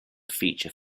feature